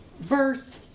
verse